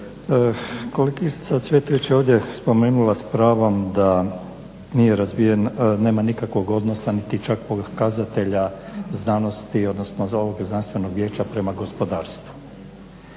Kolegica Cvjetović je ovdje spomenula s pravom da nije razvijen, da nema nikakvog odnosa niti čak pokazatelja znanosti odnosno ovog Znanstvenog vijeća prema gospodarstvu.